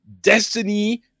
destiny